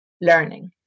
learning